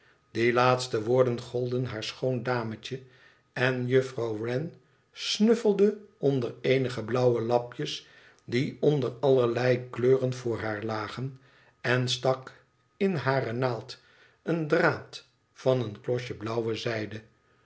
die laatste woorden golden haar schoon dametje en jufirouw wren snuffelde onder eenige blauwe lapjes die onder allerlei kleuren voor haar lagen en stak in hare naald een draad van een klosje blauwe zijde